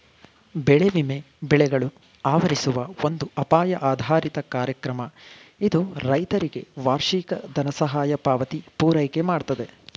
ಬೆಳೆ ವಿಮೆ ಬೆಳೆಗಳು ಆವರಿಸುವ ಒಂದು ಅಪಾಯ ಆಧಾರಿತ ಕಾರ್ಯಕ್ರಮ ಇದು ರೈತರಿಗೆ ವಾರ್ಷಿಕ ದನಸಹಾಯ ಪಾವತಿ ಪೂರೈಕೆಮಾಡ್ತದೆ